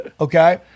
Okay